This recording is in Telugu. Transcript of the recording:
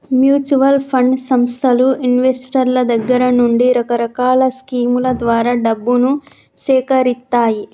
మ్యూచువల్ ఫండ్ సంస్థలు ఇన్వెస్టర్ల దగ్గర నుండి రకరకాల స్కీముల ద్వారా డబ్బును సేకరిత్తాయి